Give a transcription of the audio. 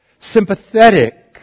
sympathetic